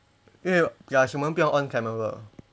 因为 ya 不要 on camera